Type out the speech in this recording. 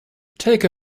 take